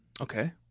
Okay